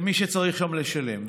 למי שצריך שם לשלם.